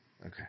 Okay